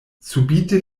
subite